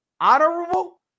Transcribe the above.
Honorable